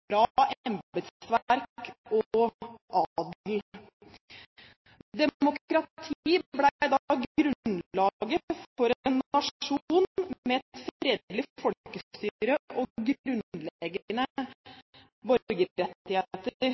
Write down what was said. embetsverk og adel. Demokrati ble da grunnlaget for en nasjon med et fredelig folkestyre og